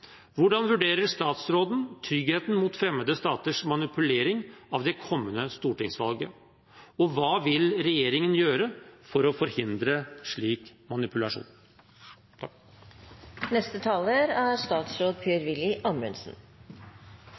Hvordan vurderer statsråden tryggheten mot fremmede staters manipulering av det kommende stortingsvalget, og hva vil regjeringen gjøre for å forhindre slik manipulasjon? La meg først få gjøre det helt klart at regjeringen er